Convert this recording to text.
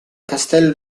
castello